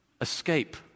escape